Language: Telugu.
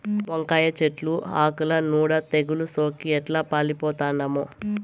వంకాయ చెట్లు ఆకుల నూడ తెగలు సోకి ఎట్లా పాలిపోతండామో